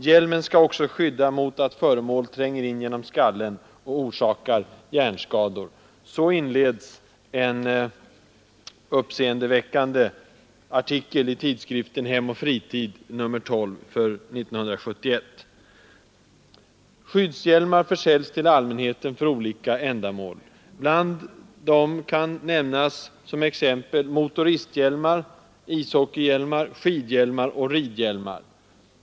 Hjälmen ska också skydda mot att föremål tränger in genom skallen och orsakar hjärnskador.” — Så inleds en uppseendeväckande artikel i tidskriften Hem och Fritid nr 12 för år 1971. Skyddshjälmar fö till allmänheten för olika ändamål. Som exempel kan nämnas motoristhjälmar, ishockeyhjälmar, skidhjälmar och ridhjälmar.